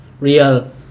real